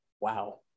Wow